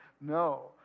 No